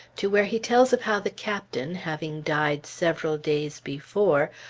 to where he tells of how the captain, having died several days before,